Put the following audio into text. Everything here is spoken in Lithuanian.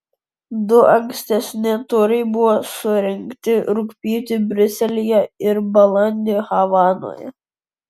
du ankstesni turai buvo surengti rugpjūtį briuselyje ir balandį havanoje